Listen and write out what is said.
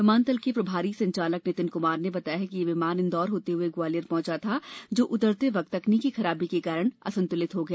विमानतल के प्रभारी संचालक नितीन कुमार ने बताया कि ये विमान इंदौर होते हुए ग्वालियर पहुंचा था जो उतरते वक्त तकनीकी खराबी के कारण ये असंतुलित हो गया